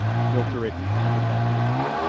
filter it and pump it back in the earth.